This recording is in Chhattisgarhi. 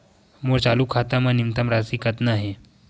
मोर चालू खाता मा न्यूनतम राशि कतना हे?